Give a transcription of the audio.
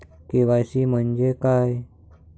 KYC म्हंजे काय?